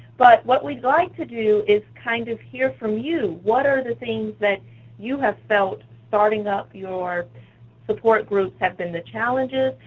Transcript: but what we'd like to do is kind of hear from you, what are the things that you have felt, starting up your support groups, have been the challenges,